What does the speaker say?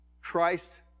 Christ